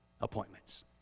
appointments